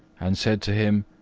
and said to him,